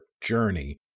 journey